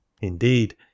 Indeed